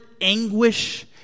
anguish